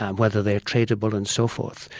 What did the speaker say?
um whether they're tradeable and so forth.